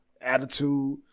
attitude